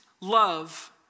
love